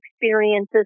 experiences